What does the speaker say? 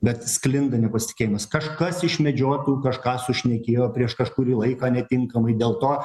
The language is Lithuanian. bet sklinda nepasitikėjimas kažkas iš medžiotojų kažką sušnekėjo prieš kažkurį laiką netinkamai dėl to